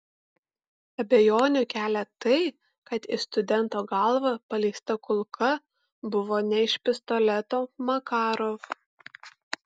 abejonių kelia tai kad į studento galvą paleista kulka buvo ne iš pistoleto makarov